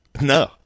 No